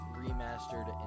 remastered